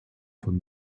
von